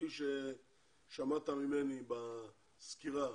כפי ששמעת ממני בסקירה,